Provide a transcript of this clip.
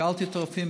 שאלתי את הרופאים,